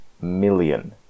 million